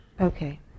Okay